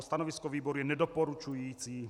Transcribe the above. Stanovisko výboru je nedoporučující.